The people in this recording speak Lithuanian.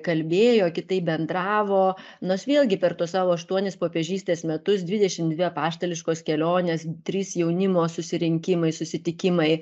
kalbėjo kitaip bendravo nors vėlgi per tuos savo aštuonis popiežystės metus dvidešimt dvi apaštališkos kelionės trys jaunimo susirinkimai susitikimai